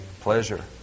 pleasure